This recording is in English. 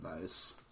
Nice